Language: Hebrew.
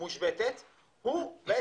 תוך כמה זמן אמור להיות דוח של הוועדה הזאת.